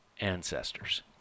ancestors